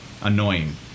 annoying